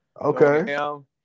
Okay